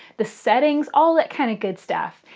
the settings all that kind of good stuff.